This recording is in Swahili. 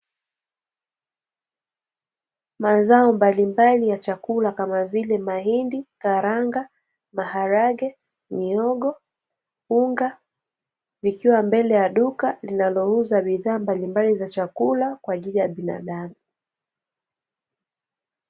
mazao mbalimbali ya chakula kama vile mahindi, karanga, maharage, mihogo, unga ikiwa mbele ya duka linalouza bidhaa mbalimbali za chakula kwaajili ya binadamu .